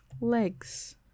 legs